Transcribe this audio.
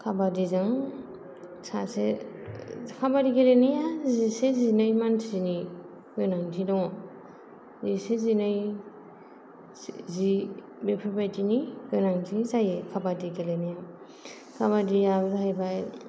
काबादिजों सासे काबादि गेलेनाया जिसे जिनै मानसिनि गोनांथि दं जिसे जिनै जि बेफोरबायदिनि गोनांथि जायो काबादि गेलेनाया काबादिया जाहैबाय